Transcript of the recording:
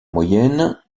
moyenne